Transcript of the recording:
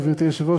גברתי היושבת-ראש,